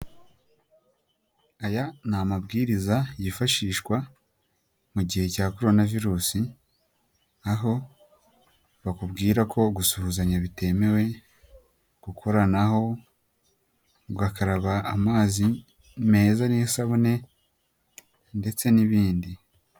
Aya ni amabwiriza yifashishwa mu gihe cya korona virusi, aho bakubwira ko gusuhuzanya bitemewe, gukoranaho ugakaraba amazi meza n'isabune ndetse n'ibindi.